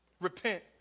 Repent